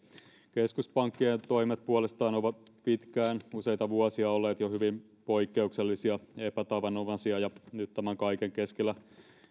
keskuspankkien toimet puolestaan ovat pitkään useita vuosia olleet jo hyvin poikkeuksellisia epätavanomaisia ja nyt tämän kaiken keskellä